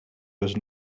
was